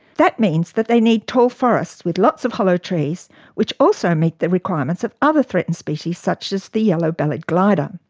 that means they need tall forests with lots of hollow trees which also meet the requirements of other threatened species such as the yellow-bellied glider.